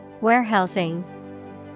Warehousing